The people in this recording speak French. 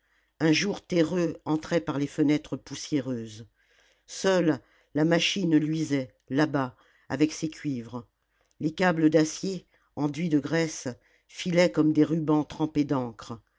un jour terreux entrait par les fenêtres poussiéreuses seule la machine luisait là-bas avec ses cuivres les câbles d'acier enduits de graisse filaient comme des rubans trempés d'encre